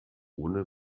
ohne